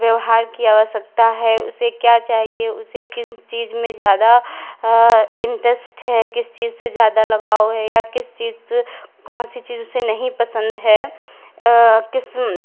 व्यवहार की आवश्यकता है उसे क्या चाहिए उसे किन चीज में ज़्यादा इंटस्ट है किस चीज़ से ज़्यादा लगाव है या किस चीज़ से कौन सी चीज़ उसे नहीं पसंद है किस